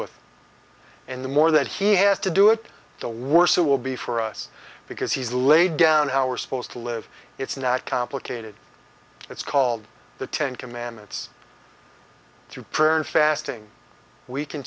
with and the more that he has to do it the worse it will be for us because he's laid down how we're supposed to live it's not complicated it's called the ten commandments through prayer and fasting we can